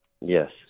Yes